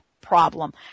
problem